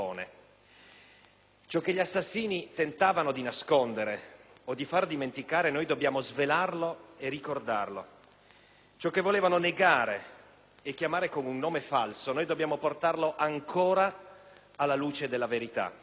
Ciò che gli assassini tentavano di nascondere o di far dimenticare, noi dobbiamo svelarlo e ricordarlo; ciò che volevano negare e chiamare con un nome falso, dobbiamo portarlo ancora alla luce della verità.